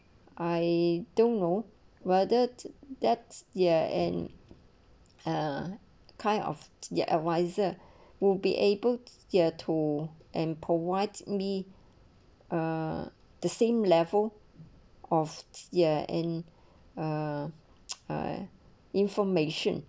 I don't know whether that's ya and uh kind of their adviser will be able to ya to and provide me are the same level of ya and uh I information